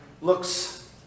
looks